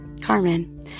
Carmen